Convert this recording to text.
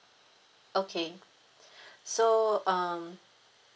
okay so um